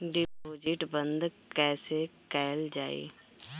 Deposit बंद कैसे कैल जाइ?